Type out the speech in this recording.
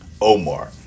Omar